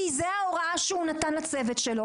כי זו ההוראה שהוא נתן לצוות שלו,